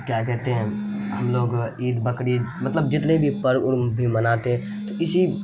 کیا کہتے ہیں ہم لوگ عید بقر عید مطلب جتنے بھی پرب ورب بھی مناتے ہیں تو اسی